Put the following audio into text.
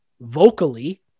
vocally